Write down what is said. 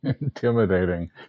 intimidating